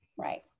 Right